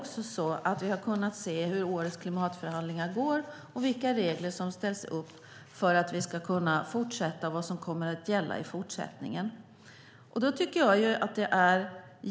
Då har vi kunnat se hur årets klimatförhandlingar går och vilka regler som sätts upp för att kunna fortsätta på vad som kommer att gälla i fortsättningen.